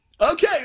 Okay